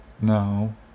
no